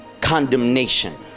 condemnation